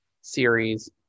series